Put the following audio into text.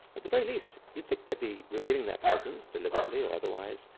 the very least, you'd think they'd be revealing their presence, deliberately or otherwise,